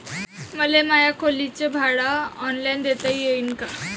मले माया खोलीच भाड ऑनलाईन देता येईन का?